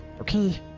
Okay